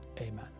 Amen